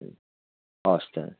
हवस् त